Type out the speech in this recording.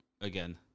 again